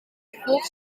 gevolg